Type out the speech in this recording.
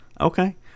Okay